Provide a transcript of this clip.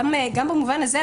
גם במובן הזה.